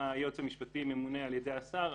אם היועץ המשפטי ממונה על ידי השר,